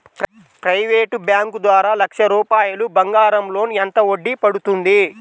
Private bank ద్వారా లక్ష రూపాయలు బంగారం లోన్ ఎంత వడ్డీ పడుతుంది?